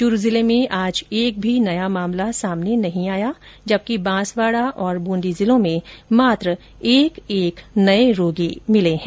चुरू जिले में आज एक भी नया मामला सामने नहीं आया जबकि बांसवाडा और बूंदी जिलों में मात्र एक एक नए रोगी मिले हैं